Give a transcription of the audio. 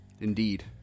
Indeed